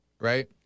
right